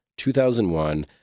2001